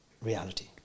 Reality